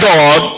God